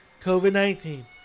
COVID-19